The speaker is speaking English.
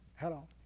Hello